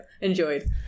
enjoyed